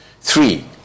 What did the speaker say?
Three